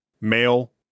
male